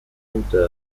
center